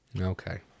Okay